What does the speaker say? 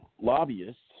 lobbyists